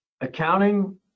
Accounting